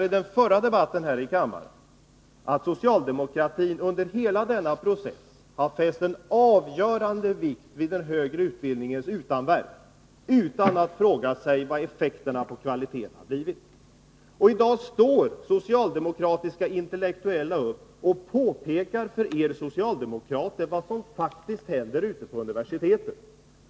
I den förra debatten här i kammaren påpekade jag att socialdemokratin under hela denna process har fäst avgörande vikt vid den högre utbildningens utanverk, utan att fråga sig vilka effekterna med avseende på kvaliteten har blivit. I dag står socialdemokratiska intellektuella upp och påpekar för er politiker vad som faktiskt händer ute på universiteten.